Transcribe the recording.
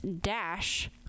dash